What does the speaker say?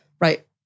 right